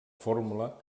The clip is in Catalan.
fórmula